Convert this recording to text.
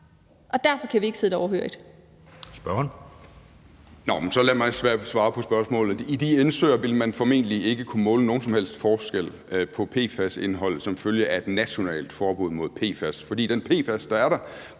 Ole Birk Olesen (LA): Nå, men så lad mig svare på spørgsmålet. I de indsøer ville man formentlig ikke kunne måle nogen som helst forskel på PFAS-indholdet som følge af et nationalt forbud mod PFAS, fordi den PFAS, der er der,